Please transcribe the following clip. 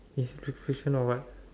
yes the question or what